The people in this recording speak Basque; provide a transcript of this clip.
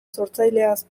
sortzaileaz